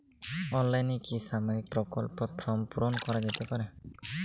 অনলাইনে কি সামাজিক প্রকল্পর ফর্ম পূর্ন করা যেতে পারে?